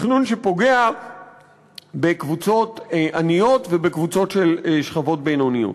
תכנון שפוגע בקבוצות עניות ובקבוצות של שכבות בינוניות.